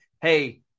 hey